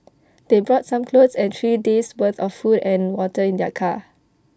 they brought some clothes and three days worth of food and water in their car